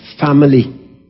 family